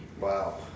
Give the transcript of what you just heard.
Wow